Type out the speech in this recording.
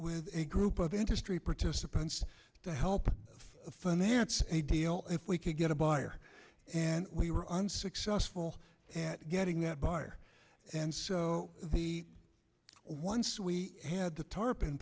with a group of industry participants to help of finance a deal if we could get a buyer and we were unsuccessful at getting that buyer and so the once we had the tarp in